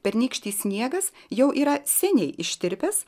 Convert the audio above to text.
pernykštis sniegas jau yra seniai ištirpęs